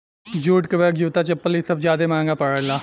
jute के bag, जूता, चप्पल इ सब ज्यादे महंगा परेला